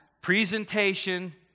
presentation